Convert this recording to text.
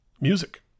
music